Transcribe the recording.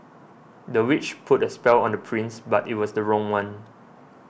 the witch put a spell on the prince but it was the wrong one